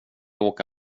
åka